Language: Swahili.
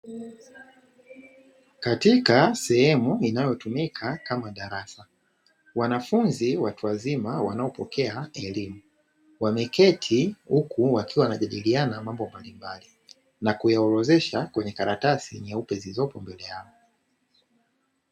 Katika sehemu inayotumika kama darasa wanafunzi watu wazima wanao pokea elimu wameketi huku wakiwa wanajadiliana mambo mbalimbali na kuyaorodhesha kwenye karatasi nyeupe zilizopo mbele yao.